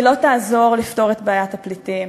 היא לא תעזור לפתור את בעיית הפליטים.